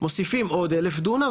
מוסיפים עוד 1000 דונם,